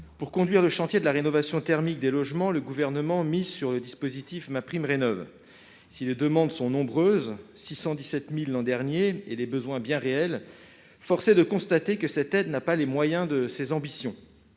pour conduire le chantier de la rénovation thermique des logements, le gouvernement mise sur le dispositif ma prime si les demandes sont nombreuses : 617000 l'an dernier et les besoins bien réelle, force est de constater que cette aide n'a pas les moyens de ses ambitions,